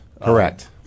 Correct